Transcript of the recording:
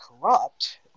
corrupt